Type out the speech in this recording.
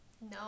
No